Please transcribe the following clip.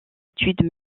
études